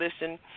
listen